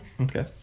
Okay